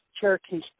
Cherokee